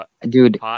Dude